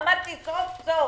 אמרתי סוף סוף